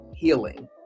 healing